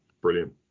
Brilliant